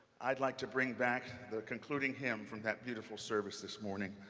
i'd like to bring back the concluding hymn from that beautiful service this morning,